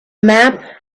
map